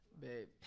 babe